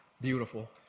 beautiful